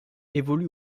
évolue